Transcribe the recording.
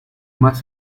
más